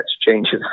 changes